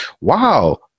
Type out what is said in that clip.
wow